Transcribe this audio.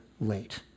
late